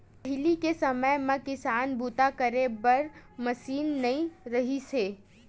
पहिली के समे म किसानी बूता करे बर मसीन नइ रिहिस हे